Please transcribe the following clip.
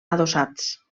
adossats